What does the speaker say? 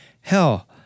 Hell